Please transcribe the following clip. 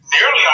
nearly